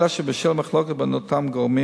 אלא שבשל המחלוקת בין אותם גורמים